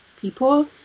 people